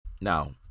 now